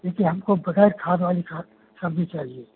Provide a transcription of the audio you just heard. ठीक है हमको बग़ैर खाद वाली खाद सब्ज़ी चाहिए